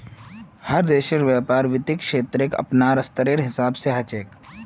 हर देशेर व्यापार वित्त क्षेत्रक अपनार स्तरेर हिसाब स ह छेक